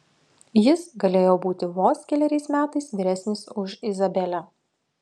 jis galėjo būti vos keleriais metais vyresnis už izabelę